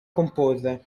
comporre